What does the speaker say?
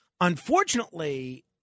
unfortunately